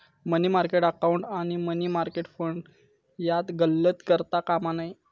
मनी market account आणि money market fund यात गल्लत करता कामा नये